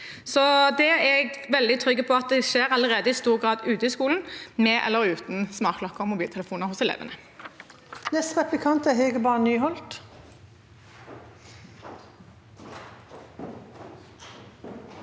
Så det er jeg veldig trygg på at allerede skjer i stor grad ute i skolen, med eller uten smartklokker og mobiltelefoner hos elevene.